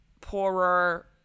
poorer